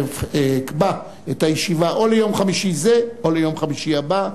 התאריך הקרוב הוא או יום חמישי זה או יום חמישי הבא,